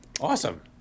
Awesome